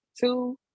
two